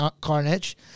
Carnage